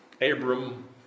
Abram